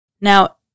Now